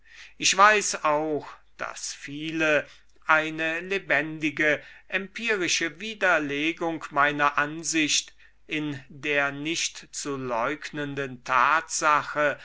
ich weiß auch daß viele eine lebendige empirische widerlegung meiner ansicht in der nicht zu leugnenden tatsache